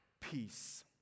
peace